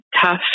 tough